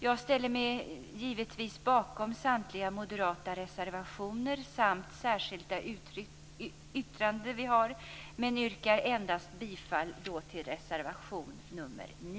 Jag ställer mig givetvis bakom samtliga moderata reservationer samt det särskilda yttrande vi har gjort, men yrkar bifall endast till reservation nr